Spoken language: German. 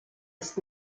ist